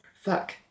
fuck